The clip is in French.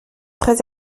très